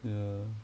ya